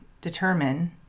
determine